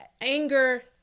anger